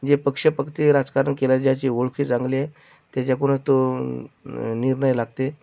जे पक्षपाती राजकारण केल्या ज्याची ओळखी चांगली आहे त्याच्याकडूनच तो निर्णय लागते